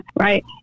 Right